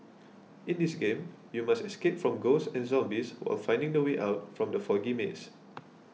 in this game you must escape from ghosts and zombies while finding the way out from the foggy maze